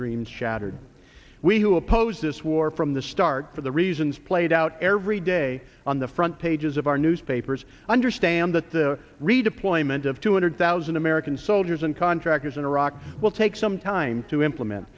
dreams shattered we who opposed this war from the start for the reasons played out every day on the front pages of our newspapers understand that the redeployment of two hundred thousand american soldiers and contractors in iraq will take some time to implement